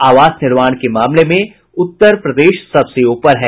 आवास निर्माण के मामले में उत्तर प्रदेश सबसे ऊपर है